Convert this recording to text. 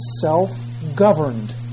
self-governed